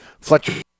Fletcher